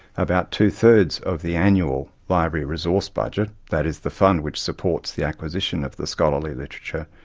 about two thirds of the annual library resource budget, that is, the fund which supports the acquisition of the scholarly literature,